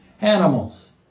animals